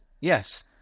yes